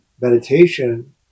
meditation